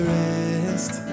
rest